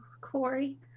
Corey